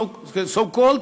so cold,